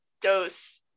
dose